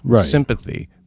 Sympathy